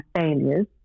failures